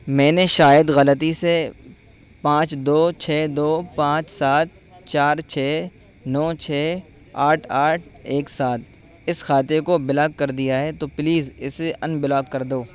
میں نے شاید غلطی سے پانچ دو چھ دو پانچ سات چار چھ نو چھ آٹھ آٹھ ایک سات اس کھاتے کو بلاک کر دیا ہے تو پلیز اسے ان بلاک کر دو